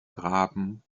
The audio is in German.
graben